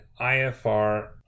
IFR